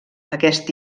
aquest